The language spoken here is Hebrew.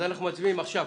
אז אנחנו מצביעים עכשיו,